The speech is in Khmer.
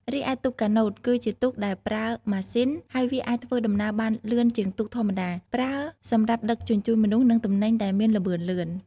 រីឯទូកកាណូត គឺជាទូកដែលប្រើម៉ាស៊ីន ហើយវាអាចធ្វើដំណើរបានលឿនជាងទូកធម្មតា ប្រើសម្រាប់ដឹកជញ្ជូនមនុស្សនិងទំនិញដែលមានល្បឿនលឿន។